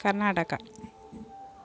Karnataka